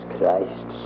Christ